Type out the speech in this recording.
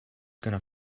going